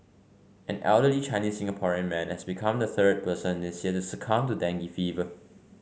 an elderly Chinese Singaporean man has become the third person this year to succumb to dengue fever